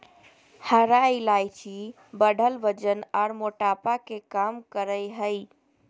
हरा इलायची बढ़ल वजन आर मोटापा के कम करई हई